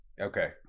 okay